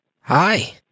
Hi